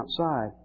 outside